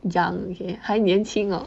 讲 okay 还年轻 hor